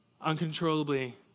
uncontrollably